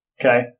okay